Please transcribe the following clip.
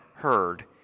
heard